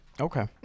Okay